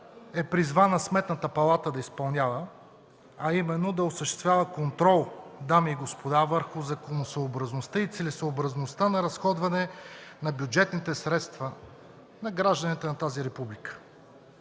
изпълнява Сметната палата, а именно да осъществява контрол, дами и господа, върху законосъобразността и целесъобразността на разходване на бюджетните средства на гражданите на тази република.